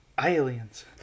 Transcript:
Aliens